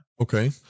Okay